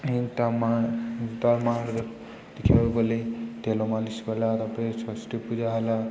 ତା ମାଆ ତା ମାଆ ଦେଖିବାକୁ ଗଲେ ତେଲ ମାଲିସ୍ କଲା ତାପରେ ଷଷ୍ଠୀ ପୂଜା ହେଲା